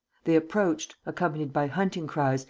they approached, accompanied by hunting-cries,